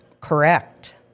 Correct